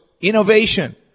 innovation